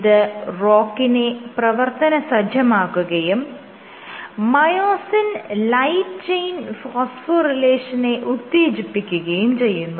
ഇത് ROCK നെ പ്രവർത്തന സജ്ജമാക്കുകയും മയോസിൻ ലൈറ്റ് ചെയിൻ ഫോസ്ഫോറിലേഷനെ ഉത്തേജിപ്പിക്കുകയും ചെയ്യുന്നു